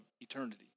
Eternity